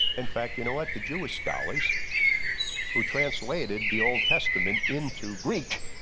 in fact, you know what the jewish scholars who translated the old testament into greek.